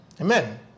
Amen